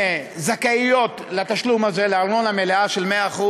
שזכאיות לתשלום הזה, לארנונה מלאה של 100%,